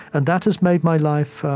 and that has made my life,